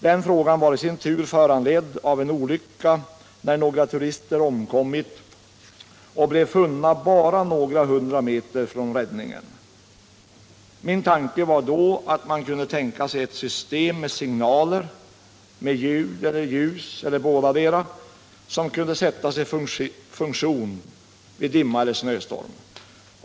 Den frågan var i sin tur föranledd av en olycka där några turister omkom och blev funna bara några hundra meter från räddningen. Min tanke var då att man kunde ha ett system av signaler med ljud eller ljus eller bådadera som kunde sättas i funktion vid dimma eller snöstorm.